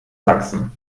sachsen